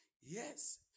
Yes